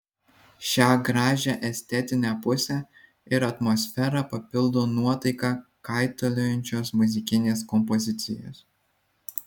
šią gražią estetinę pusę ir atmosferą papildo nuotaiką kaitaliojančios muzikinės kompozicijos